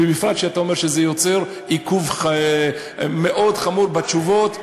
בפרט שאתה אומר שזה יוצר עיכוב חמור מאוד בתשובות.